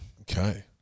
Okay